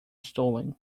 stolen